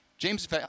James